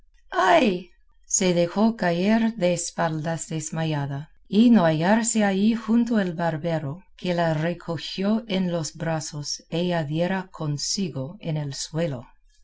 ay se dejó caer de espaldas desmayada y a no hallarse allí junto el barbero que la recogió en los brazos ella diera consigo en el suelo